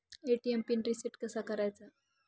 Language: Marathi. ए.टी.एम पिन रिसेट कसा करायचा?